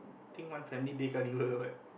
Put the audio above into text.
think one family day carnival what